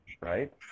Right